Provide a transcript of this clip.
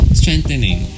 strengthening